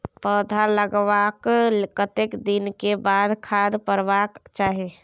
पौधा लागलाक कतेक दिन के बाद खाद परबाक चाही?